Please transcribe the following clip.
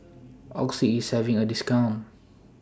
Oxy IS having A discount